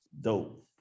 dope